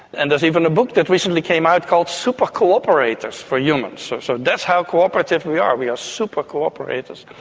and there's even a book that recently came out called super co-operators for humans. so so that's how cooperative we are, we are super co-operators.